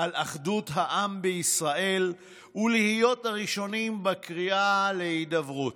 על אחדות העם בישראל ולהיות הראשונים בקריאה להידברות.